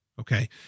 Okay